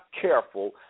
careful